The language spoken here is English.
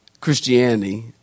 Christianity